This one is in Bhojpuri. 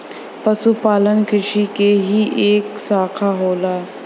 पशुपालन कृषि क ही एक साखा होला